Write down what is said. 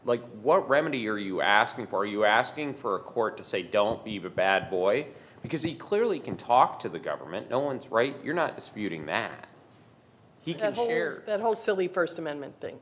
like what remedy are you asking for you asking for a court to say don't leave a bad boy because he clearly can talk to the government now wants right you're not disputing that he had told her that whole silly st amendment thing